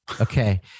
Okay